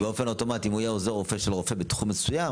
באופן אוטומט אם הוא יהיה עוזר רופא של רופא בתחום מסוים,